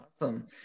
Awesome